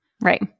right